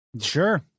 Sure